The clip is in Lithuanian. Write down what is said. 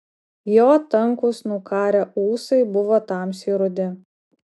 jo tankūs nukarę ūsai buvo tamsiai rudi